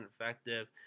effective